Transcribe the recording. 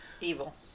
Evil